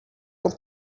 und